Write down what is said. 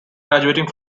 graduating